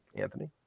Anthony